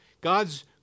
God's